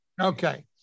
okay